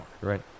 Right